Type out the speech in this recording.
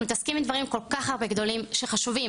מתעסקים מדברים כל כך הרבה גדולים שחשובים,